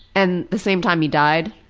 and the same time he died,